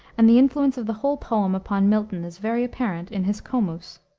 and the influence of the whole poem upon milton is very apparent in his comus.